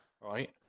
right